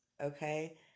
okay